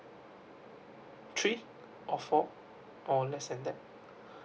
three or four or less than that